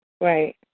Right